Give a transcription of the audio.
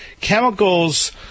Chemicals